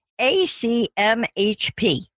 ACMHP